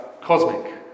cosmic